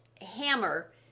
hammer